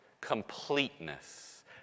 completeness